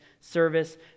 service